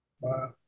Wow